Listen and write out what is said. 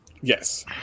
Yes